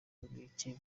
bicye